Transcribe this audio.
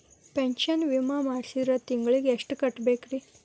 Pension ವಿಮಾ ಮಾಡ್ಸಿದ್ರ ತಿಂಗಳ ಎಷ್ಟು ಕಟ್ಬೇಕ್ರಿ?